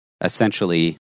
essentially